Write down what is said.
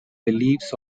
beliefs